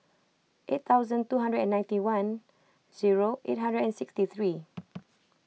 eight thousand two hundred and ninety one zero eight hundred and sixty three